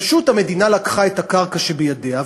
פשוט המדינה לקחה את הקרקע שבידיה,